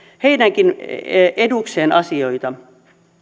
heidänkin edukseen asioita